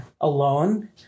alone